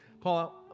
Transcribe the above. Paul